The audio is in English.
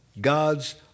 God's